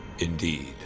Indeed